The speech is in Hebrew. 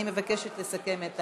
אני מבקשת לסכם את